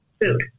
food